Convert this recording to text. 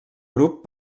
grup